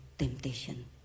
temptation